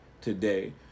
today